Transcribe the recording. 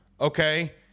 okay